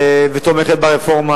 ותומכת ברפורמה.